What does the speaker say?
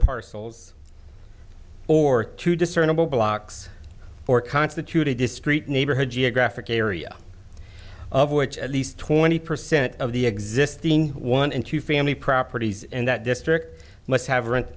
parcels or two discernible blocks or constitute a discrete neighborhood geographic area of which at least twenty percent of the existing one and two family properties in that district must have